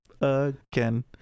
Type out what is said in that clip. again